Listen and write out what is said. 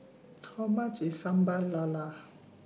How much IS Sambal Lala